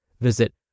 Visit